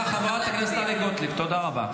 חברת הכנסת טלי גוטליב, תודה רבה.